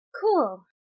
Cool